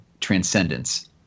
transcendence